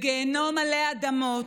בגיהינום עלי אדמות.